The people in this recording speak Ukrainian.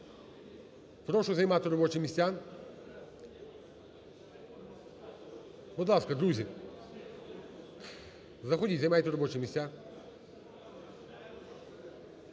Прошу займати робочі місця. Будь ласка, друзі, заходіть, займайте робочі місця.